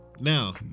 now